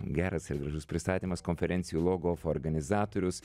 geras ir gražus pristatymas konferencijų logof organizatorius